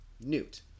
Newt